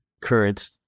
current